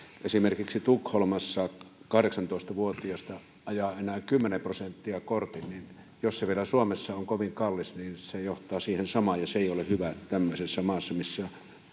esimerkiksi tukholmassa kahdeksantoista vuotiaista ajaa enää kymmenen prosenttia kortin niin että jos se suomessa on vielä kovin kallis niin se johtaa siihen samaan ja se ei ole hyvä tämmöisessä maassa missä